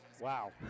Wow